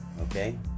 okay